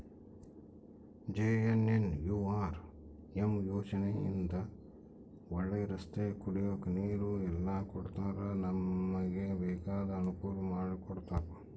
JNNURM ಯೋಜನೆ ಇಂದ ಒಳ್ಳೆ ರಸ್ತೆ ಕುಡಿಯಕ್ ನೀರು ಎಲ್ಲ ಕೊಡ್ತಾರ ನಮ್ಗೆ ಬೇಕಾದ ಅನುಕೂಲ ಮಾಡಿಕೊಡ್ತರ